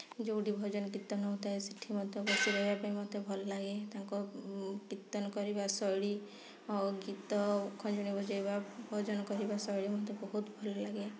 ଯେଉଁଠି ଭଜନ କୀର୍ତ୍ତନ ହଉଥାଏ ସେଇଠି ମଧ୍ୟ ବସି ରହିବା ପାଇଁ ମୋତେ ଭଲ ଲାଗେ ତାଙ୍କ କୀର୍ତ୍ତନ କରିବା ଶୈଳୀ ଆଉ ଗୀତ ଓ ଖଞ୍ଜଣି ବଜାଇବା ଭଜନ କରିବା ଶୈଳୀ ମୋତେ ବହୁତ ଭଲ ଲାଗେ